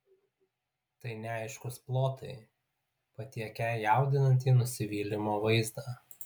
tai neaiškūs plotai patiekią jaudinantį nusivylimo vaizdą